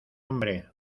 hombre